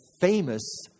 famous